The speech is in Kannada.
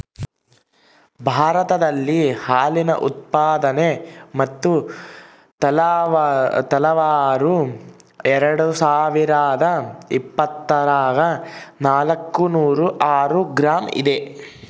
ಭಾರತದಲ್ಲಿ ಹಾಲಿನ ಉತ್ಪಾದನೆ ಮತ್ತು ತಲಾವಾರು ಎರೆಡುಸಾವಿರಾದ ಇಪ್ಪತ್ತರಾಗ ನಾಲ್ಕುನೂರ ಆರು ಗ್ರಾಂ ಇದ